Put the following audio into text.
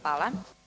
Hvala.